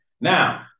Now